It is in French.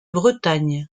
bretagne